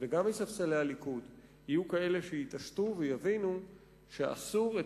וגם מספסלי הליכוד יהיו כאלה שיתעשתו ויבינו שאסור את